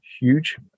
huge